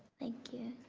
thank you.